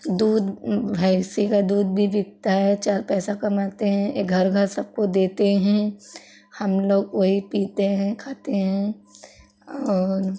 दूध भैंस का दूध भी बिकता है चार पैसा कमाते हैं ए घर घर सबको देते हैं हम लोग वही पीते हैं खाते हैं और